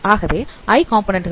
ஆகவே i component